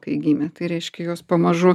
kai gimė tai reiškia juos pamažu